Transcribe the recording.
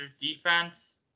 defense